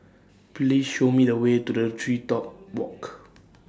Please Show Me The Way to The Tree Top Walk